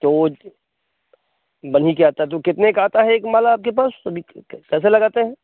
तो वो बन ही के आता है कितने का आता है एक माला आपके पास यानी कैसे लगाते हैं